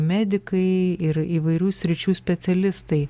medikai ir įvairių sričių specialistai